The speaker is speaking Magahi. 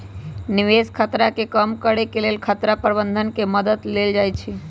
निवेश खतरा के कम करेके लेल खतरा प्रबंधन के मद्दत लेल जाइ छइ